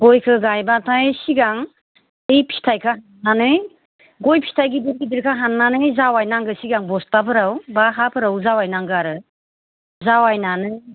गयखौ गायबाथाय सिगां बे फिथाइखौ हान्नानै गय फिथाइ गिदिर गिदिरखौ हान्नानै जावैनांगौ सिगां बस्थाफोराव बा हाफोराव जावैनांगौ आरो जावैनानै